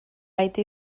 été